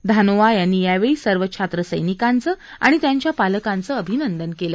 धानोआ यांनी यावेळी सर्व छात्रसैनिकांचं आणि त्यांच्या पालकांचं अभिनंदन केलं